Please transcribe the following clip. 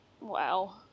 wow